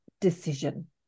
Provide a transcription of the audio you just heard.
Decision